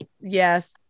Yes